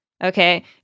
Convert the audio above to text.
Okay